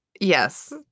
Yes